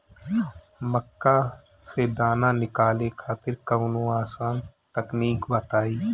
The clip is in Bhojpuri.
मक्का से दाना निकाले खातिर कवनो आसान तकनीक बताईं?